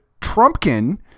Trumpkin